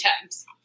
times